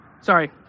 sorry